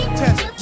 test